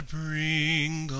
bring